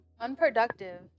Unproductive